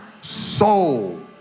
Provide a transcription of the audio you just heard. soul